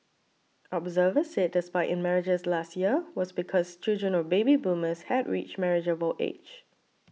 observers said the spike in marriages last year was because children of baby boomers had reached marriageable age